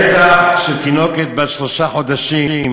אדוני היושב-ראש, רצח של תינוקת בת שלושה חודשים,